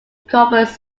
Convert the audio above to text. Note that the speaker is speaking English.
corporate